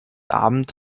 abend